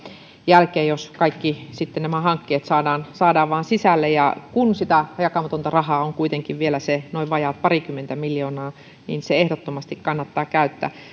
jälkeen jos kaikki nämä hankkeet sitten vaan saadaan sisälle kun sitä jakamatonta rahaa on kuitenkin vielä se noin vajaat parikymmentä miljoonaa niin se ehdottomasti kannattaa käyttää